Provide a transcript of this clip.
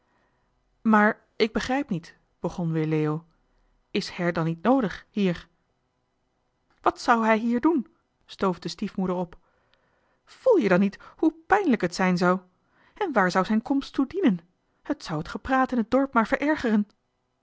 maar ik begrijp niet begon weer leo is her dan niet noodig hier johan de meester de zonde in het deftige dorp wat zou hij hier doen stoof de stiefmoeder op voel je dan niet hoe pijnlijk het zijn zou en waar zou zijn komst toe dienen t zou het gepraat in het dorp maar verergeren